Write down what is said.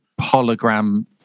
hologram